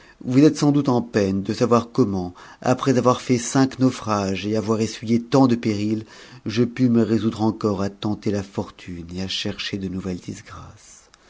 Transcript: vous êtes sans doute en peine de savoir co nmeat après avoir fait cinq naufrages et avoir essuyé tant de périls je pus me résoudre encore à tenter la fortune et à chercher de nouvelles disgrâces